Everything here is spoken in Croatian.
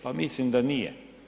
Pa mislim da nije.